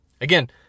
Again